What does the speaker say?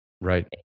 Right